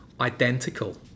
identical